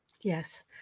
Yes